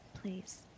please